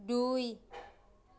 দুই